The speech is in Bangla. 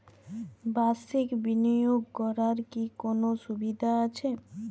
বাষির্ক বিনিয়োগ করার কি কোনো সুবিধা আছে?